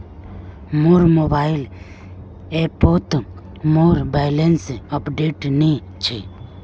मोर मोबाइल ऐपोत मोर बैलेंस अपडेट नि छे